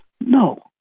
No